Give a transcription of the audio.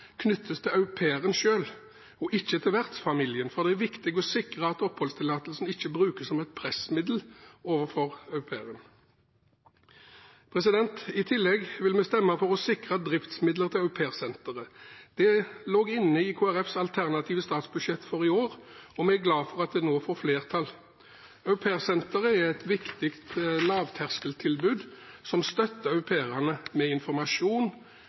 knyttes til au pairen selv og ikke til vertsfamilien, for det er viktig å sikre at oppholdstillatelsen ikke brukes som et pressmiddel overfor au pairen. I tillegg vil vi stemme for å sikre driftsmidler til aupairsenteret. Det lå inne i Kristelig Folkepartis alternative statsbudsjett for i år, og vi er glad for at det nå får flertall. Aupairsenteret er et viktig lavterskeltilbud som støtter au pairene med informasjon,